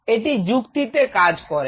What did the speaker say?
এটি যুক্তিতে কাজ করে না